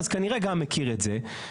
אז כנראה גם מכיר את זה,